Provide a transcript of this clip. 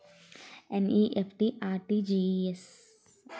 NEFT, RTGS కు తేడా ఏంటి?